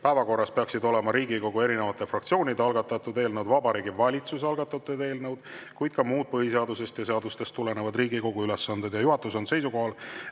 Päevakorras peaksid olema Riigikogu erinevate fraktsioonide algatatud eelnõud, Vabariigi Valitsuse algatatud eelnõud, aga ka muud põhiseadusest ja seadustest tulenevad Riigikogu ülesanded. Juhatus on seisukohal,